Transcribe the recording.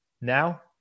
now